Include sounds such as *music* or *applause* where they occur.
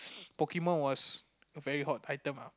*noise* Pokemon was a very hot item ah